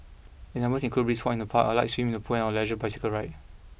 examples include Brisk walks in the park a light swim in the pool or a leisurely bicycle ride